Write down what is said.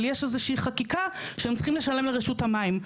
אבל יש איזושהי חקיקה שהם צריכים לשלם לרשות המים.